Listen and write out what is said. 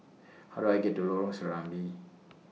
How Do I get to Lorong Serambi